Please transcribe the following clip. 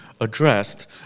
addressed